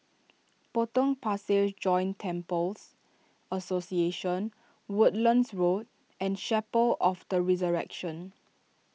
Potong Pasir Joint Temples Association Woodlands Road and Chapel of the Resurrection